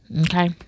okay